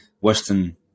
Western